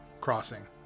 crossing